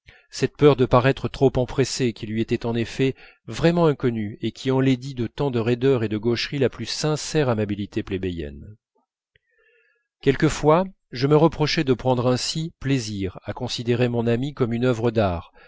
cette peur de paraître trop empressé qui lui était en effet vraiment inconnue et qui enlaidit de tant de laideur et de gaucherie la plus sincère amabilité plébéienne quelquefois je me reprochais de prendre ainsi plaisir à considérer mon ami comme une œuvre d'art